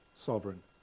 sovereign